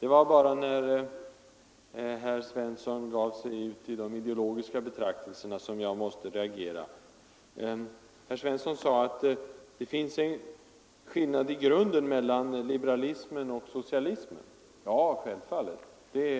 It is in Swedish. Det var bara när herr Svensson gav sig ut i de ideologiska betraktelserna som jag måste reagera. Herr Svensson sade att det finns en skillnad i grunden mellan liberalismen och socialismen. Ja, självfallet. Det